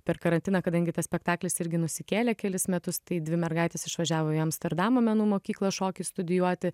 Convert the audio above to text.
per karantiną kadangi tas spektaklis irgi nusikėlė kelis metus tai dvi mergaitės išvažiavo į amsterdamo menų mokyklą šokį studijuoti